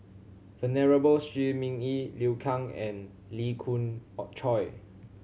Venerable Shi Ming Yi Liu Kang and Lee Khoon Choy